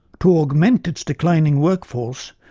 to augment its declining workforce,